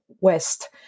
west